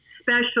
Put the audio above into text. special